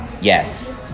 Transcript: yes